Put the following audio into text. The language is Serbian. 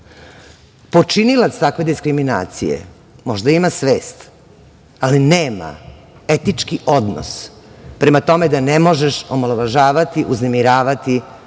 Počinilac takve diskriminacije možda ima svest, ali nema etički odnos prema tome da ne možeš omalovažavati, uznemiravati